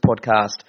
podcast